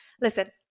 Listen